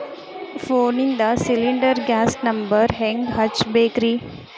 ಫೋನಿಂದ cylinder gas number ಹೆಂಗ್ ಹಚ್ಚ ಬೇಕ್ರಿ?